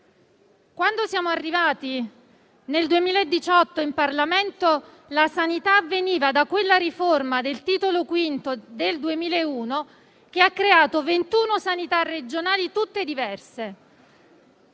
Quando siamo arrivati in Parlamento, nel 2018, la sanità veniva da quella riforma del Titolo V del 2001 che ha creato 21 sanità regionali tutte diverse,